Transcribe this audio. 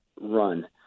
run